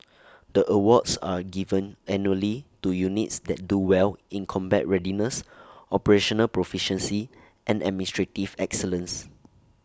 the awards are given annually to units that do well in combat readiness operational proficiency and administrative excellence